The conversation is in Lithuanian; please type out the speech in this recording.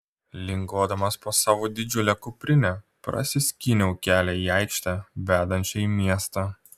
linguodamas po savo didžiule kuprine prasiskyniau kelią į aikštę vedančią į miestą